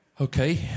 Okay